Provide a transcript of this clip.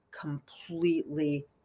completely